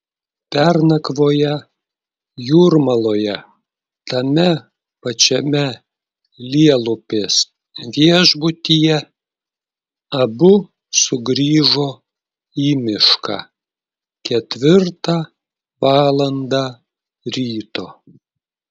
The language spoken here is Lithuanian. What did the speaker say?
pernakvoję jūrmaloje tame pačiame lielupės viešbutyje abu sugrįžo į mišką ketvirtą valandą ryto